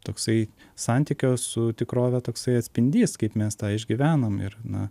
toksai santykio su tikrove toksai atspindys kaip mes tą išgyvenam ir na